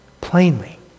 plainly